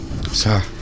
Sir